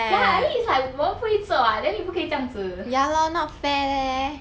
ya I mean it's like 我们不会做 [what] then 你不可以这样只